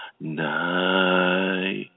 night